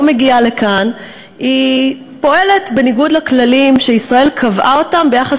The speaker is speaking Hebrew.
מגיעה לכאן היא פועלת בניגוד לכללים שישראל קבעה ביחס